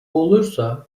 olursa